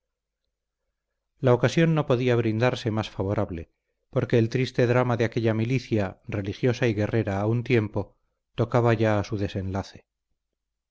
la ocasión no podía brindarse más favorable porque el triste drama de aquella milicia religiosa y guerrera a un tiempo tocaba ya a su desenlace